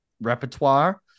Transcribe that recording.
repertoire